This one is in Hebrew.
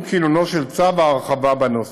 עם כינונו של צו ההרחבה בנושא.